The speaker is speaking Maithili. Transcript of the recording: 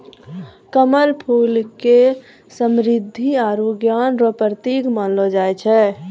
कमल फूल के समृद्धि आरु ज्ञान रो प्रतिक मानलो जाय छै